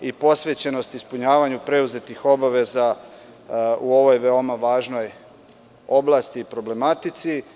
i posvećenost ispunjavanju preuzetih obaveza u ovoj veoma važnoj oblasti i problematici.